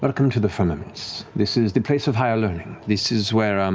welcome to the firmaments. this is the place of higher learning. this is where, um